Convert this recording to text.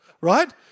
right